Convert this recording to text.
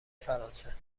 فرانسه